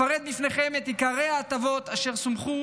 אפרט בפניכם את עיקרי ההטבות אשר סוכמו